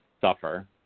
suffer